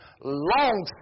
long